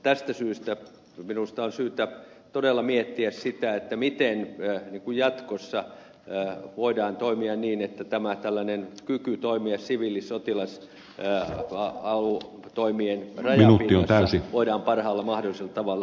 tästä syystä minusta on syytä todella miettiä sitä miten jatkossa voidaan toimia niin että tämä tällainen kyky toimia siviilisotilastoimien rajapinnassa voidaan parhaalla mahdollisella tavalla hyödyntää